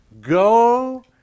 Go